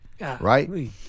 right